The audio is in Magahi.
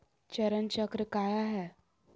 चरण चक्र काया है?